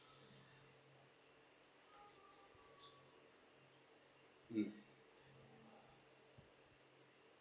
mm